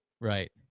Right